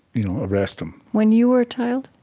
you know, arrest them when you were a child?